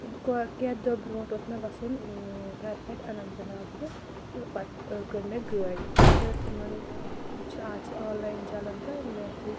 کیٚنٛہہ دۄہ برٛونٛٹھ اوٗس مےٚ وَسُن گَھرٕ پٮ۪ٹھ اَنَنت ناگ تہٕ پَتہٕ ٲں کٔر مےٚ گٲڑۍ تہٕ تِمَن ٲں چھِ آز چھِ آنلاین چَلان تہٕ مےٚ یُتھٕے